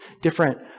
different